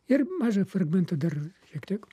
ir mažą fragmentą dar šiek tiek